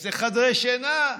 איזה חדרי שינה,